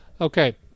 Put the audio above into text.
Okay